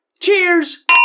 Cheers